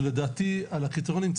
שלדעתי על הקריטריונים,